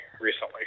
recently